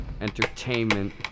entertainment